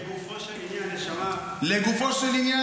לגופו של עניין,